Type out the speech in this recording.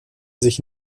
sich